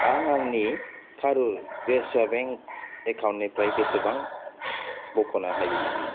आं आंनि कारुर भिस्या बेंक एकाउन्टनिफ्राय बेसेबां बख'नो' हायो